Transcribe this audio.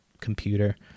computer